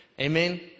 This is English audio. Amen